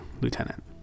Lieutenant